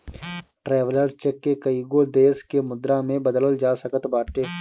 traveller cheque के कईगो देस के मुद्रा में बदलल जा सकत बाटे